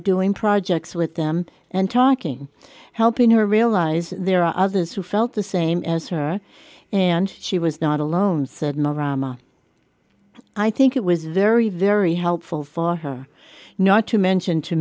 doing projects with them and talking helping her realize there are others who felt the same as her and she was not alone said marama i think it was very very helpful for her not to mention to